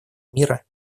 мира